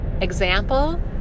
example